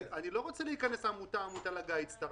אני לא רוצה להיכנס עמותה עמותה לגיידסטאר.